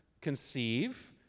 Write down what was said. conceive